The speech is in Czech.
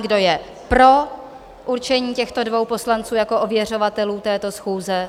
Kdo je pro určení těchto dvou poslanců jako ověřovatelů této schůze?